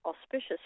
auspicious